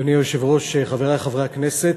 אדוני היושב-ראש, חברי חברי הכנסת,